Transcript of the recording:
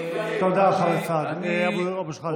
תודה, חבר הכנסת אבו שחאדה.